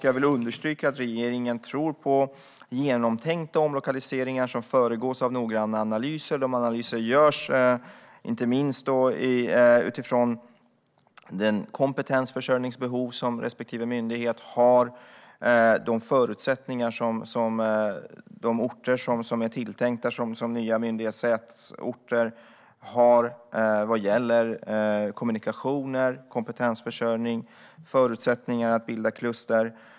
Jag vill understryka att regeringen tror på genomtänkta omlokaliseringar som föregås av noggranna analyser, där analyser görs inte minst utifrån det kompetensförsörjningsbehov som respektive myndighet har och utifrån de förutsättningar som de orter som är tilltänkta som nya myndighetsorter har vad gäller kommunikationer, kompetensförsörjning och förutsättningar att bilda kluster.